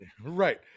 Right